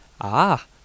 Ah